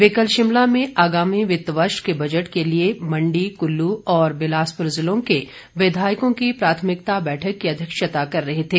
वे कल शिमला में आगामी वित्त वर्ष के बजट के लिए मंडी कुल्लू और बिलासपुर ज़िलों के विधायकों की प्राथमिकता बैठक की अध्यक्षता कर रहे थे